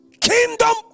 Kingdom